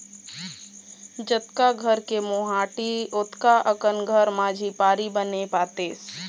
जतका घर के मोहाटी ओतका अकन घर म झिपारी बने पातेस